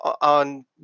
on